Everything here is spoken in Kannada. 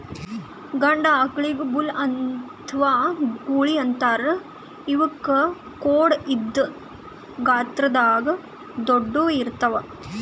ಗಂಡ ಆಕಳಿಗ್ ಬುಲ್ ಅಥವಾ ಗೂಳಿ ಅಂತಾರ್ ಇವಕ್ಕ್ ಖೋಡ್ ಇದ್ದ್ ಗಾತ್ರದಾಗ್ ದೊಡ್ಡುವ್ ಇರ್ತವ್